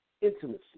intimacy